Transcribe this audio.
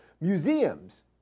Museums